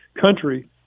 country